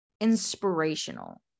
inspirational